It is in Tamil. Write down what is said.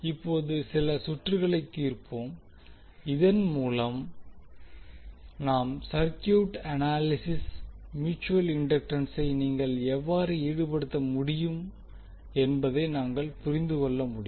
இப்போது சில சுற்றுகளை தீர்ப்போம் இதன் மூலம் நாம் சர்க்யூட் அனாலிசிஸில் மியூட்சுவல் இண்டக்டன்சை நீங்கள் எவ்வாறு ஈடுபடுத்த முடியும் என்பதை நாங்கள் புரிந்து கொள்ள முடியும்